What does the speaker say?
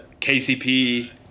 KCP